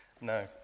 No